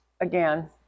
again